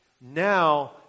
Now